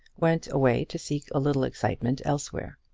went away to seek a little excitement elsewhere.